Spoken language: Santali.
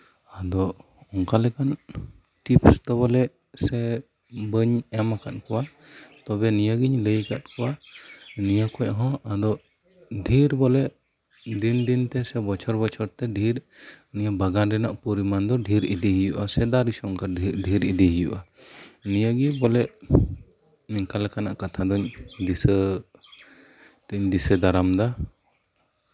ᱫᱚ ᱚᱱᱠᱟ ᱞᱮᱠᱟᱱ ᱴᱤᱯᱥ ᱫᱚ ᱵᱚᱞᱮ ᱵᱟᱹᱧ ᱮᱢ ᱠᱟᱫ ᱠᱚᱣᱟ ᱛᱚᱵᱮ ᱱᱤᱭᱟᱹ ᱜᱤᱧ ᱞᱟᱹᱭ ᱟᱠᱟᱫ ᱠᱚᱣᱟ ᱱᱤᱭᱟᱹ ᱠᱷᱚᱡ ᱦᱚᱸ ᱰᱷᱮᱨ ᱵᱚᱞᱮ ᱫᱤᱱ ᱫᱤᱱᱛᱮ ᱵᱚᱨᱪᱷᱚᱨ ᱵᱚᱪᱷᱚᱨᱛᱮ ᱱᱤᱭᱟᱹ ᱵᱟᱜᱟᱱ ᱨᱮᱭᱟᱜ ᱯᱚᱨᱤᱢᱟᱱ ᱫᱚ ᱰᱷᱮᱨ ᱦᱩᱭᱩᱜᱼᱟ ᱥᱮ ᱫᱟᱨᱮ ᱥᱚᱝᱠᱠᱷᱟ ᱰᱷᱮᱨ ᱤᱫᱤ ᱦᱩᱭᱩᱜᱼᱟ ᱱᱤᱭᱟᱹᱜᱮ ᱵᱚᱞᱮ ᱱᱚᱝᱠᱟ ᱞᱮᱠᱟᱱᱟᱜ ᱠᱟᱛᱷᱟ ᱫᱚ ᱫᱤᱥᱟᱹ ᱫᱚᱧ ᱫᱤᱥᱟᱹ ᱫᱟᱨᱟᱢ ᱮᱫᱟ